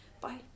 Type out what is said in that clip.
Bye